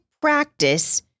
practice